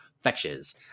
Fetches